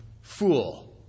fool